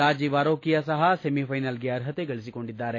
ರಾಜೀವ್ ಅರೋಕಿಯಾ ಸಹ ಸೆಮಿಫ್ಲೆನಲ್ಗೆ ಅರ್ಹತೆ ಗಳಿಸಿಕೊಂಡಿದ್ದಾರೆ